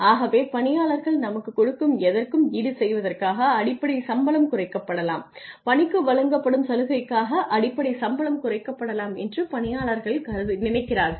ஆகவே பணியாளர்கள் நமக்குக் கொடுக்கும் எதற்கும் ஈடுசெய்வதற்காக அடிப்படை சம்பளம் குறைக்கப்படலாம் பணிக்கு வழங்கப்படும் சலுகைக்காக அடிப்படை சம்பளம் குறைக்கப்படலாம் என்று பணியாளர்கள் நினைக்கிறார்கள்